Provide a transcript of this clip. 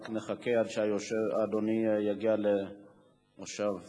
רק נחכה עד שאדוני יגיע למושבו.